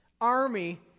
army